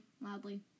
loudly